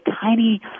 tiny